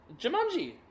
jumanji